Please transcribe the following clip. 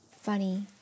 Funny